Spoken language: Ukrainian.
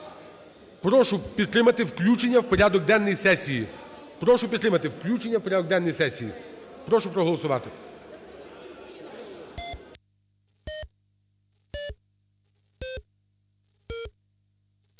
Прошу підтримати включення в порядок денний сесії. Прошу проголосувати